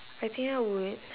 I think I would